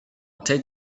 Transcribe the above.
take